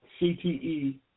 CTE